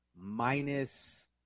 minus